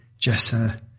Jessa